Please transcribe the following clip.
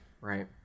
right